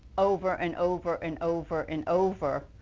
over and over an over an over.